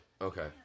Okay